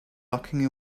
locking